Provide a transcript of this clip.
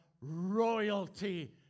royalty